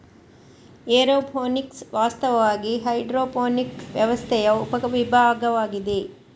aeroponics ವಾಸ್ತವವಾಗಿ hydroponic ವ್ಯವಸ್ಥೆಯ ಉಪ ವಿಭಾಗವಾಗಿದೆ